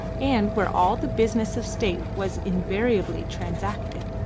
and where all the business of state was invariably transacted.